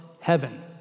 heaven